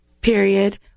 period